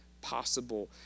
possible